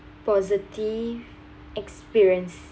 positive experience